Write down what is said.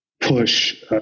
push